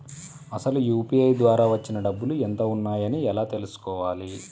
అసలు యూ.పీ.ఐ ద్వార వచ్చిన డబ్బులు ఎంత వున్నాయి అని ఎలా తెలుసుకోవాలి?